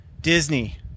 Disney